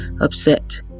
upset